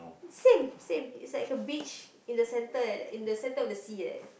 same same it's like a beach in the center in the center of the sea like that